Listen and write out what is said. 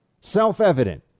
self-evident